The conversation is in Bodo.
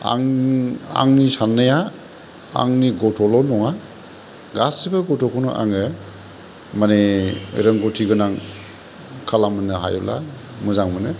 आं आंनि साननाया आंनि गथ'ल' नङा गासैबो गथ'खौनो आङो माने रोंगौथि गोनां खालामनो हायोब्ला मोजां मोनो